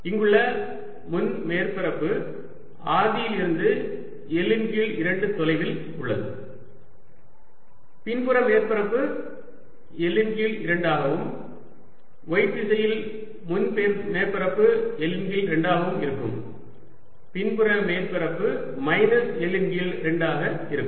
இங்குள்ள முன் மேற்பரப்பு ஆதியிலிருந்து L இன் கீழ் 2 தொலைவில் உள்ளது பின்புற மேற்பரப்பு L இன் கீழ் 2 ஆகவும் y திசையில் முன் மேற்பரப்பு L இன் கீழ் 2 ஆகவும் இருக்கும் பின்புற மேற்பரப்பு மைனஸ் L இன் கீழ் 2 ஆக இருக்கும்